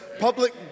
public